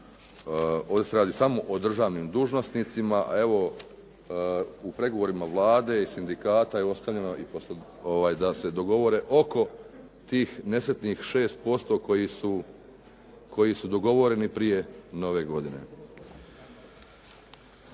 ovdje se radi samo o državnim dužnosnicima, a evo u pregovorima Vlade i sindikata je ostavljeno da se dogovore oko tih nesretnih 6% koji su dogovoreni prije nove godine.